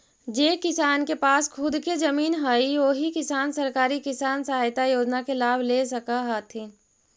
जे किसान के पास खुद के जमीन हइ ओही किसान सरकारी किसान सहायता योजना के लाभ ले सकऽ हथिन